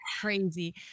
crazy